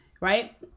Right